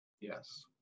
Yes